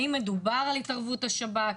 האם מדובר על התערבות השב"כ?